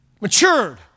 matured